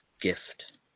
gift